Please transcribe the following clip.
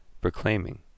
proclaiming